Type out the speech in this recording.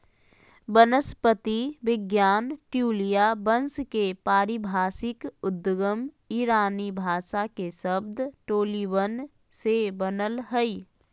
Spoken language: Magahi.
वनस्पति विज्ञान ट्यूलिया वंश के पारिभाषिक उद्गम ईरानी भाषा के शब्द टोलीबन से बनल हई